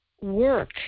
work